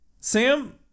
sam